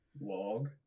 Log